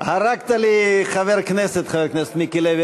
2015, של חבר הכנסת מיקי לוי,